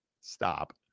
Stop